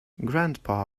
grandpa